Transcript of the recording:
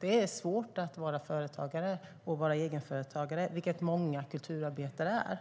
Det är svårt att vara företagare och egenföretagare, vilket många kulturarbetare är.